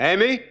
Amy